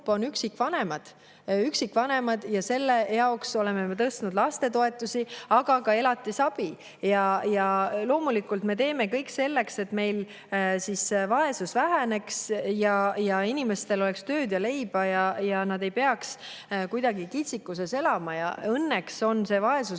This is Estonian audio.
on üksikvanemad. Nende jaoks oleme me tõstnud lastetoetusi, aga ka elatisabi. Loomulikult, me teeme kõik selleks, et meil vaesus väheneks, inimestel oleks tööd ja leiba ning nad ei peaks kitsikuses elama. Õnneks on vaesuse